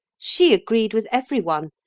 she agreed with every one.